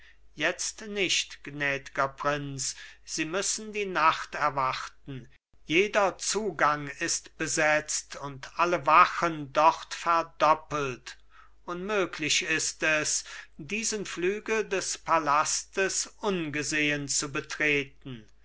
jetzt nicht gnädger prinz sie müssen die nacht erwarten jeder zugang ist besetzt und alle wachen dort verdoppelt unmöglich ist es diesen flügel des palastes ungesehen zu betreten